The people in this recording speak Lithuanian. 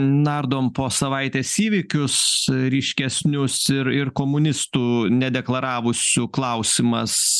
nardom po savaitės įvykius ryškesnius ir ir komunistų nedeklaravusių klausimas